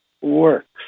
works